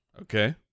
Okay